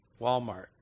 Walmart